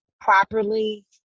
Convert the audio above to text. properly